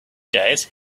days